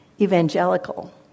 evangelical